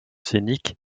scéniques